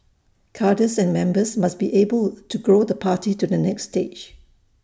cadres and members must be able to grow the party to the next stage